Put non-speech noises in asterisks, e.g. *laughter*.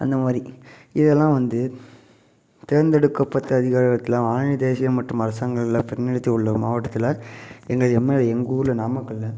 அந்த மாதிரி இதெல்லாம் வந்து தேர்ந்தெடுக்கப்பட்ட அதிகாரத்தில் *unintelligible* தேசிய மற்றும் அரசங்களால் *unintelligible* உள்ள மாவட்டத்தில் எங்கள் எம்எல்ஏ எங்கள் ஊரில் நாமக்கலில்